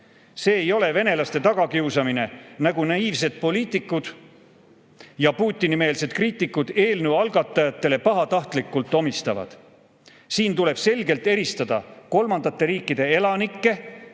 See ei ole venelaste tagakiusamine, nagu naiivsed poliitikud ja Putini-meelsed kriitikud eelnõu algatajatele pahatahtlikult omistavad. Siin tuleb selgelt eristada kolmandate riikide elanikke,